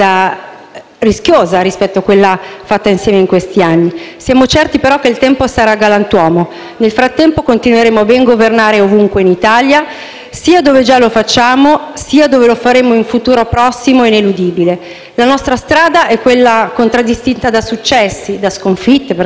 rischiosa rispetto a quella fatta insieme in questi anni. Siamo certi, però, che il tempo sarà galantuomo. Nel frattempo continueremo a ben governare ovunque in Italia, sia dove già lo facciamo, sia dove lo faremo in un futuro prossimo e ineludibile. La nostra strada è quella contraddistinta da successi, sconfitte, per carità,